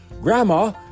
Grandma